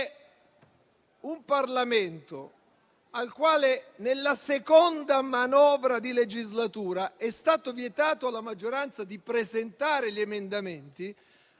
un Parlamento, al quale nella seconda manovra di legislatura è stato vietato alla maggioranza di presentare gli emendamenti,